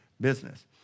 business